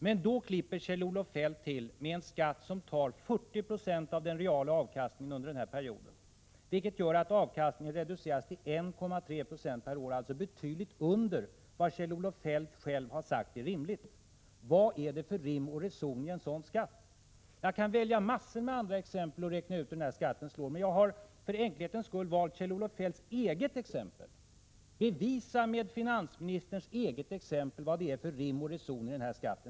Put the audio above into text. Men då klipper Kjell-Olof Feldt till med en skatt som tar 40 96 av den reala avkastningen under den här perioden, vilket gör att avkastningen reduceras till 1,3 96 per år — alltså betydligt under vad Kjell-Olof Feldt själv har sagt är rimligt. Vad är det för rim och reson i en sådan skatt? Jag kan välja massor med andra exempel och räkna ut hur den här skatten slår, men jag har för enkelhetens skull valt Kjell-Olof Feldts eget exempel. Bevisa med finansministerns eget exempel vad det är för rim och reson i den här skatten!